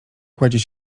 kładzie